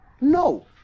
No